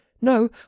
No